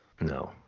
No